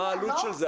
מה העלות של זה,